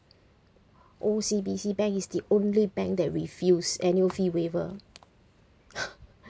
O_C_B_C bank is the only bank that refused annual fee waiver